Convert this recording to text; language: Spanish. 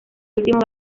último